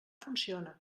funciona